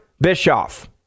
Bischoff